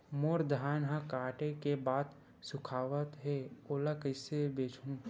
मोर धान ह काटे के बाद सुखावत हे ओला कइसे बेचहु?